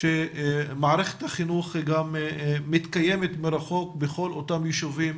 שמערכת החינוך מתקיימת מרחוק בכל אותם יישובים